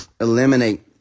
eliminate